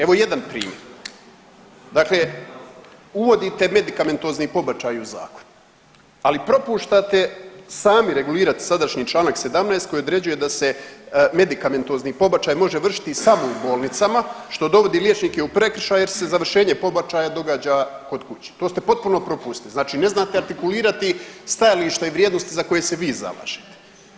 Evo jedan primjer, dakle uvodite medikamentozni pobačaj u zakon, ali propuštate sami regulirat sadašnji čl. 17. koji određuje da se medikamentozni pobačaj može vršiti samo u bolnicama što dovodi liječnike u prekršaj jer se završenje pobačaja događa kod kuće, to ste potpuno propustili, znači ne znate artikulirati stajališta i vrijednosti za koje se vi zalažete.